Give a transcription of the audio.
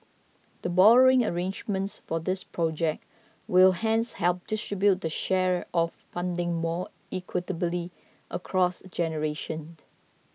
the borrowing arrangements for these project will hence help distribute the share of funding more equitably across generations